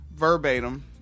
Verbatim